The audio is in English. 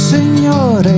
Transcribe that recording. Signore